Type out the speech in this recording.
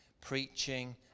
preaching